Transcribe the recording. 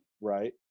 Right